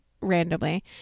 randomly